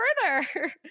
further